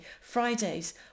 Fridays